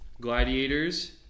Gladiators